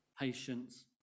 patience